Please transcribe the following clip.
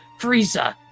Frieza